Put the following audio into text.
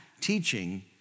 teaching